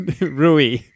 Rui